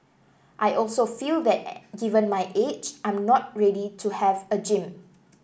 I also feel that given my age I'm not ready to have a gym